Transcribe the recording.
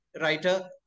writer